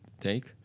take